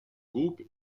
groupe